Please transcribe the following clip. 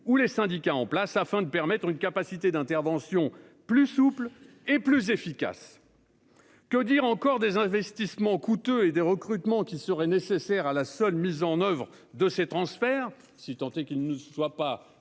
ou les syndicats en place afin de permettre une capacité d'intervention plus souple et plus efficace. Que dire encore des investissements coûteux et des recrutements qui seraient nécessaires à la seule mise en oeuvre de ces transferts, si tant est qu'ils ne soient pas